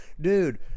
dude